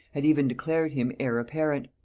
had even declared him heir-apparent,